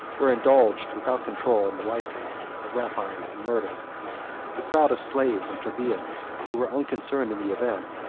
were indulged, without control, in the license of rapine and murder the crowd of slaves and plebeians, who were unconcerned in the event,